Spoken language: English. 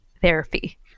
therapy